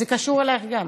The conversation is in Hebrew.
זה קשור גם אלייך.